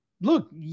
look